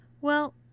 Well